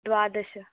द्वादश